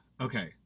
okay